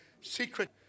secret